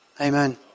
Amen